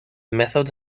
method